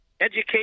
education